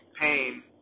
pain